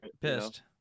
Pissed